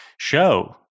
show